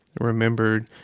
remembered